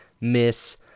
miss